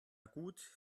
gut